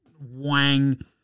wang